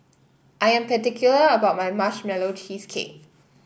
I am particular about my Marshmallow Cheesecake